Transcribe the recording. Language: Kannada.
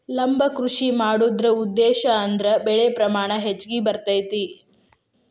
ಲಂಬ ಕೃಷಿ ಮಾಡುದ್ರ ಉದ್ದೇಶಾ ಅಂದ್ರ ಬೆಳೆ ಪ್ರಮಾಣ ಹೆಚ್ಗಿ ಬರ್ತೈತಿ